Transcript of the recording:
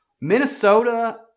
Minnesota